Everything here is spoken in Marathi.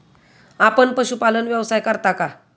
आपण पशुपालन व्यवसाय करता का?